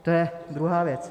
To je druhá věc.